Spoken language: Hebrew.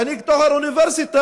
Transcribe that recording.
העניק תואר אוניברסיטה,